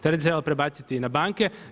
Teret bi trebalo prebaciti na banke.